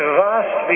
vast